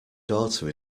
daughter